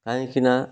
କାହିଁକିନା